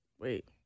Wait